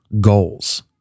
goals